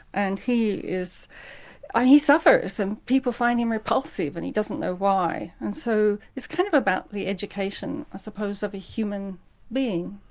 and he is ah he suffers, and people find him repulsive, and he doesn't know why, and so it's kind of about the education i suppose of a human being,